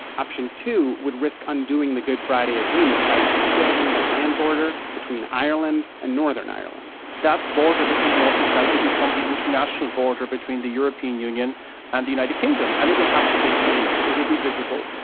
option two would risk undoing the good friday agreement by rebuilding the land border between ireland and northern ireland that border between north and south would become the international border between the european union and the united kingdom, and it will have to be policed. it will be visible.